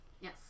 Yes